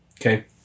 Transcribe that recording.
Okay